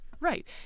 Right